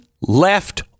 left